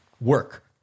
work